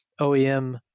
OEM